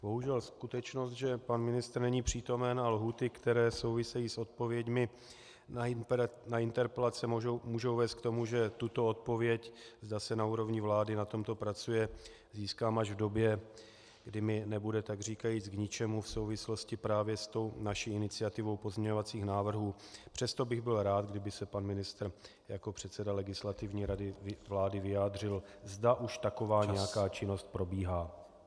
Bohužel skutečnost, že pan ministr není přítomen a lhůty, které souvisejí s odpověďmi na interpelace, můžou vést k tomu, že tuto odpověď, zda se na úrovni vlády na tomto pracuje, získám až v době, kdy mi bude takříkajíc k ničemu v souvislosti právě s tou naší iniciativou pozměňovacích návrhů, přesto bych byl rád, kdyby se pan ministr jako předseda Legislativní rady vlády vyjádřil, zda už taková nějaká činnost probíhá.